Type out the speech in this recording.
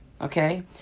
Okay